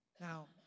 Now